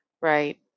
right